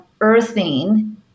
earthing